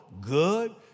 good